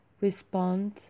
respond